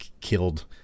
killed